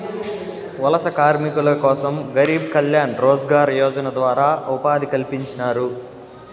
వలస కార్మికుల కోసం గరీబ్ కళ్యాణ్ రోజ్గార్ యోజన ద్వారా ఉపాధి కల్పించినారు